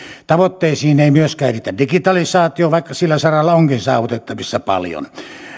tavoitteisiin ei myöskään riitä digitalisaatio vaikka sillä saralla onkin saavutettavissa paljon